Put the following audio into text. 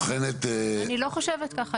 אני לא חושבת ככה.